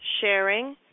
sharing